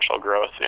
growth